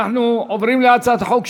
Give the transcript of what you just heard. להעביר את הצעת חוק